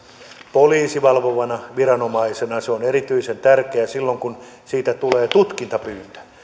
poliisi valvovana viranomaisena se on erityisen tärkeää silloin kun siitä tulee tutkintapyyntö